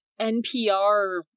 npr